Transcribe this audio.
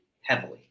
heavily